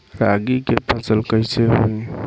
रागी के फसल कईसे होई?